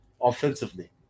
offensively